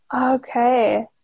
Okay